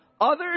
others